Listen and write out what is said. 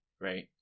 right